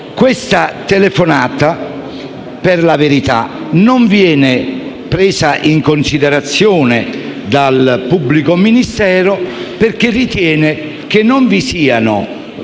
Questa telefonata, per la verità, non viene presa in considerazione dal pubblico ministero, perché quest'ultimo ritiene che non vi siano